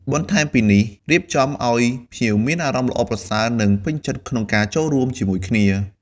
បន្ថែមពីនេះ រៀបចំអោយភ្ញៀវមានអារម្មណ៍ល្អប្រសើរ និងពេញចិត្តក្នុងការចូលរួមជាមួយគ្នា។